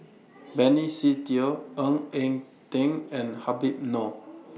Benny Se Teo Ng Eng Teng and Habib Noh